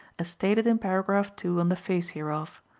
as stated in paragraph two on the face hereof.